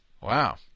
Wow